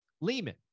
Lehman